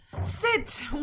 Sit